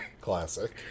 Classic